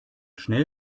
schnell